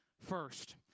first